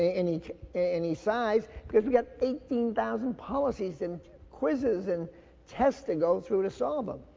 ah any any size, because we got eighteen thousand policies and quizzes and tests to go through to solve em.